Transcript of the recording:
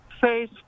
face